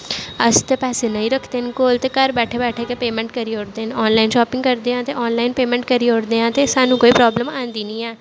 अस ते पैसे नेईं रखदे न कोल दे घर बैठे बैठे पेमैंट करी ओड़दे न आनलाइन शापिंग करदे आं ते आनलाइन पेमैंट करी ओड़दे आं ते सानूं कोई प्राब्लम आंदी निं ऐ